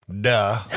Duh